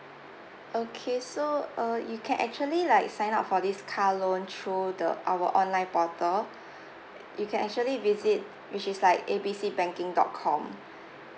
okay so uh you can actually like sign up for this car loan through the our online portal uh you can actually visit which is like A B C banking dot com